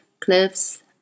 cliffs